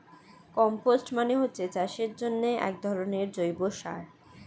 compost মানে হচ্ছে চাষের জন্যে একধরনের জৈব সার